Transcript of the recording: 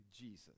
Jesus